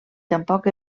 tampoc